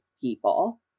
people